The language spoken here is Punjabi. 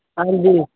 ਹਾਂਜੀ